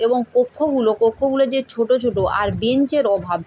এবং কক্ষগুলো কক্ষগুলো যে ছোট ছোট আর বেঞ্চের অভাব